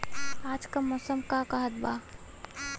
आज क मौसम का कहत बा?